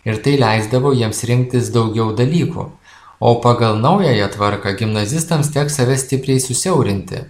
ir tai leisdavo jiems rinktis daugiau dalykų o pagal naująją tvarką gimnazistams teks save stipriai susiaurinti